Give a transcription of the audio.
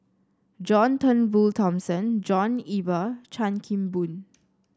John Turnbull Thomson John Eber Chan Kim Boon